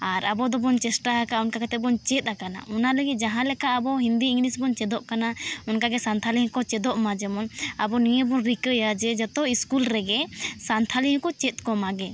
ᱟᱨ ᱟᱵᱚ ᱫᱚᱵᱚᱱ ᱪᱮᱥᱴᱟ ᱟᱠᱟᱜᱼᱟ ᱚᱱᱠᱟ ᱠᱟᱛᱮᱫ ᱵᱚᱱ ᱪᱮᱫ ᱟᱠᱟᱱᱟ ᱚᱱᱟ ᱞᱟᱹᱜᱤᱫ ᱡᱟᱦᱟᱸ ᱞᱮᱠᱟ ᱟᱵᱚ ᱦᱤᱱᱫᱤ ᱤᱝᱞᱤᱥ ᱵᱚᱱ ᱪᱮᱫᱚᱜ ᱠᱟᱠᱟ ᱚᱱᱠᱟᱜᱮ ᱥᱟᱱᱛᱷᱟᱞᱤ ᱦᱚᱸ ᱠᱚ ᱪᱮᱫᱚᱜᱢᱟ ᱡᱮᱢᱚᱱ ᱟᱵᱚ ᱱᱤᱭᱟᱹ ᱵᱚᱱ ᱨᱤᱠᱟᱹᱭᱟ ᱡᱮ ᱡᱚᱛᱚ ᱤᱥᱠᱩᱞ ᱨᱮᱜᱮ ᱥᱟᱱᱛᱷᱟᱞᱤ ᱦᱚᱠᱚ ᱪᱮᱫ ᱠᱚᱢᱟ ᱜᱮ